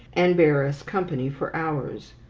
and bear us company for hours,